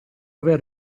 aver